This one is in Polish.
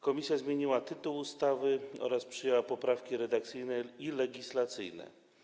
Komisja zmieniła tytuł ustawy oraz przyjęła poprawki redakcyjne i legislacyjne.